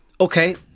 Okay